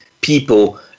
people